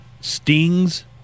Sting's